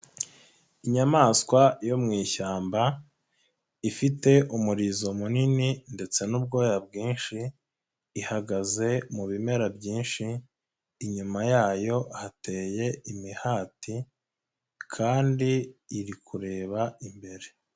Inyamaswa yo mu ishyamba ifite umurizo munini ndetse n'ubwoya bwinshi, ihagaze mu bimera byinshi inyuma yayo hateye imihati kandi iri kureba imbere.